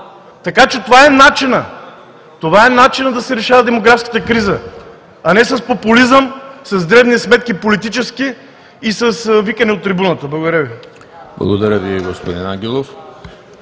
обратна. Това е начинът да се решава демографската криза, а не с популизъм, с дребни политически сметки и с викане от трибуната. Благодаря Ви.